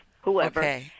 whoever